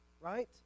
right